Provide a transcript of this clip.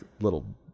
little